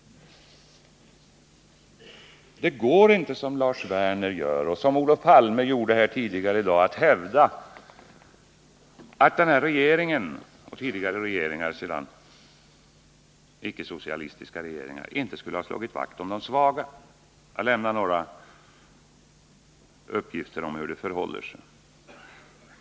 Det går inte att som Lars Werner och Olof Palme hävda att denna regering eller tidigare icke-socialistiska regeringar inte skulle ha slagit vakt om de svaga. Jag vill lämna några uppgifter om hur det förhåller sig.